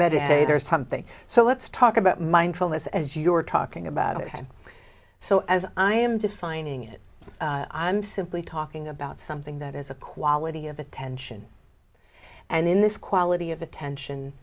meditate or something so let's talk about mindfulness as you are talking about him so as i am defining it i'm simply talking about something that is a quality of attention and in this quality of attention